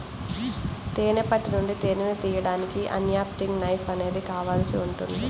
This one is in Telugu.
తేనె పట్టు నుంచి తేనెను తీయడానికి అన్క్యాపింగ్ నైఫ్ అనేది కావాల్సి ఉంటుంది